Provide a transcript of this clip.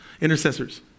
intercessors